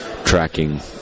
Tracking